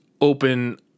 open